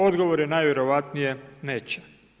Odgovor je najvjerojatnije neće.